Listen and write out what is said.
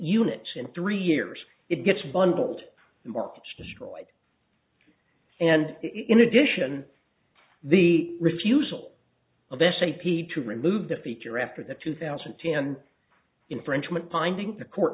units in three years it gets bundled markets destroyed and in addition the refusal of s e p to remove the feature after the two thousand and ten infringement finding the court